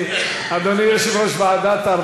אדוני יושב-ראש ועדת העבודה,